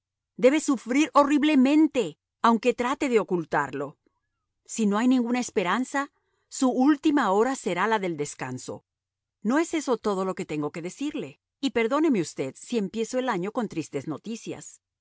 debe sufrir horriblemente aunque trate de ocultarlo si no hay ninguna esperanza su última hora será la del descanso no es eso todo lo que tengo que decirle y perdóneme usted si empiezo el año con tristes noticias